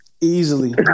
Easily